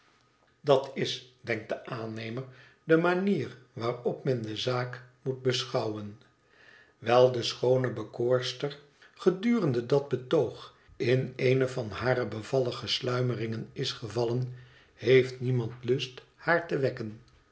dat is denkt de aannemer de manier waarop men de zaak moet beschouwen wijl de schoone bekoorster gedurende dat betoog in eene van hare bevallige sluimeringen is gevallen heeft niemand lust haar te wekken